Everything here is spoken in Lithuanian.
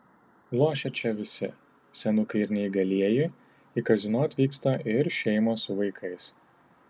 lošia čia visi senukai ir neįgalieji į kazino atvyksta ir šeimos su vaikais